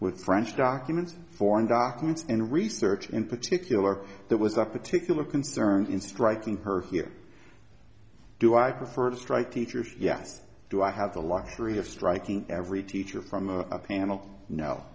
with french documents form documents and research in particular that was a particular concern in striking her here do i prefer to strike teachers yes do i have the luxury of striking every teacher from the panel no